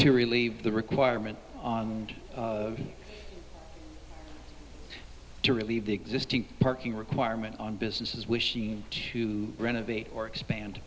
to relieve the requirement and to relieve the existing parking requirement on businesses wishing to renovate or expand